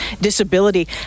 disability